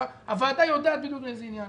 הוועדה יודעת בדיוק באיזה עניין.